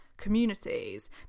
communities